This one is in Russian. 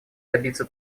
добиться